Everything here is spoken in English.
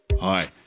hi